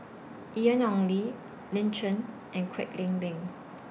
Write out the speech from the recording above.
Ian Ong Li Lin Chen and Kwek Leng Beng